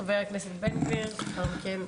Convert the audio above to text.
חבר הכנסת בן גביר בבקשה.